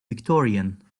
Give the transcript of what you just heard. victorian